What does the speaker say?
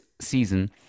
season